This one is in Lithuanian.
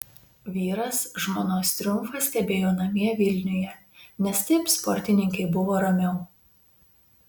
vyras žmonos triumfą stebėjo namie vilniuje nes taip sportininkei buvo ramiau